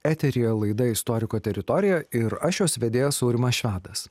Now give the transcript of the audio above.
eteryje laida istoriko teritorija ir aš jos vedėjas aurimas švedas